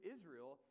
Israel